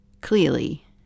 clearly